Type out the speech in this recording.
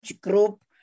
group